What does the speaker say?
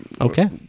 Okay